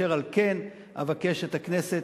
אשר על כן אבקש מהכנסת,